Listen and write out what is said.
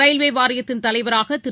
ரயில்வேவாரியத்தின் தலைவராகதிரு